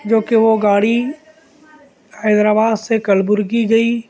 جو کہ وہ گاڑی حیدرآباد سے کلبرگی گئی